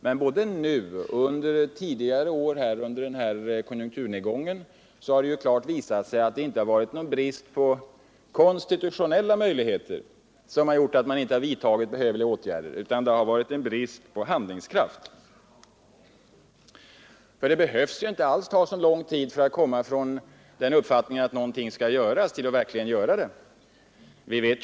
Men både nu och tidigare under de senaste årens konjunktursvacka har det visat sig, att det inte är brist på konstitutionella möjligheter som gjort att man inte vidtagit behövliga åtgärder, utan brist på handlingskraft. Det behöver ju inte alls ta så lång tid från det att man kommer till uppfattningen att någonting skall göras till att man verkligen handlar.